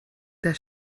der